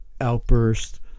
outburst